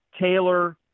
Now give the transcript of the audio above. Taylor